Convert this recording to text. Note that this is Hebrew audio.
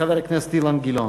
חבר הכנסת אילן גילאון.